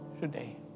today